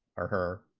or her